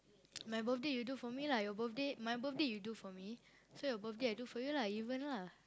my birthday you do for me lah your birthday my birthday you do for me so your birthday I do for you lah even lah